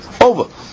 over